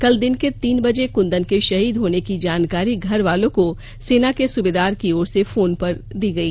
कल दिन के तीन बजे कुंदन के शहीद होने की जानकारी घर वालों को सेना के सुबेदार की ओर से फोन कर दी गई